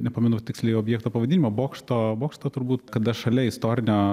nepamenu tiksliai objekto pavadinimo bokšto bokšto turbūt kada šalia istorinio